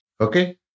Okay